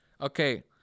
Okay